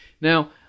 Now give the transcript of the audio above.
Now